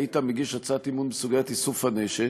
היית מגיש הצעת אי-אמון מסודרת לאיסוף הנשק,